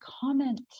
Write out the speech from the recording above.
comment